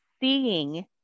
seeing